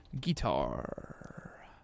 Guitar